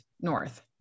North